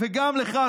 וגם לך,